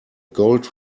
gold